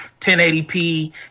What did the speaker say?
1080p